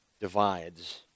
divides